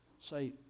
say